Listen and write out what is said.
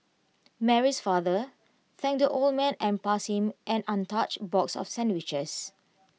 Mary's father thanked the old man and passed him an untouched box of sandwiches